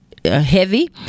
heavy